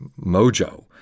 mojo